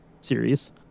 series